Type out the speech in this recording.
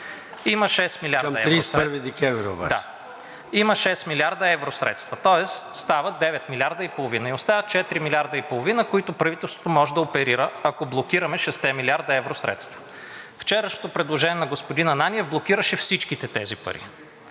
Има 6 млрд. евро средства, тоест стават девет милиарда и половина. И остават четири милиарда и половина, с които правителството може да оперира, ако блокираме шестте милиарда евросредства. Вчерашното предложение на господин Ананиев блокираше всичките тези пари,